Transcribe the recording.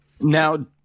Now